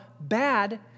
bad